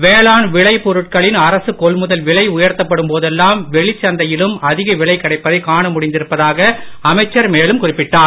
வேளாண் விளை பொருட்களின் அரசுக் கொள்முதல் விலை உயர்த்தப்படும் போதெல்லாம் வெளிச்சந்தையிலும் அதிக விலை கிடைப்பதை காண முடிந்திருப்பதாக அமைச்சர் மேலும் குறிப்பிட்டார்